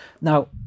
Now